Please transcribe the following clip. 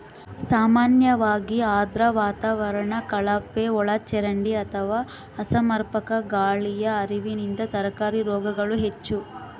ಸಾಮಾನ್ಯವಾಗಿ ಆರ್ದ್ರ ವಾತಾವರಣ ಕಳಪೆಒಳಚರಂಡಿ ಅಥವಾ ಅಸಮರ್ಪಕ ಗಾಳಿಯ ಹರಿವಿನಿಂದ ತರಕಾರಿ ರೋಗಗಳು ಹೆಚ್ಚು